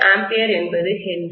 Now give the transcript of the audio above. WbA என்பது Henry